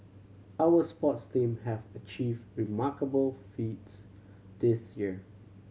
our sports team have achieved remarkable feats this year